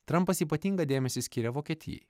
trampas ypatingą dėmesį skyrė vokietijai